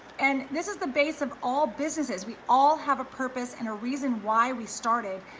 and this is the base of all businesses. we all have a purpose and a reason why we started,